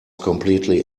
completely